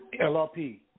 LRP